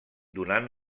donant